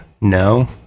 no